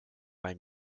bei